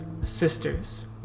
sisters